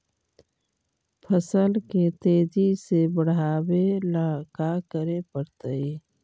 फसल के तेजी से बढ़ावेला का करे पड़तई?